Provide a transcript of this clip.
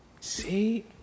See